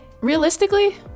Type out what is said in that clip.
realistically